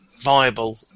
viable